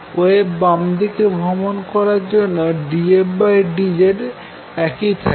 wave বামদিকে ভ্রমন করার জন্য d f d z একই থাকে